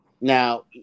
Now